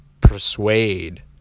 persuade